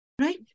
Right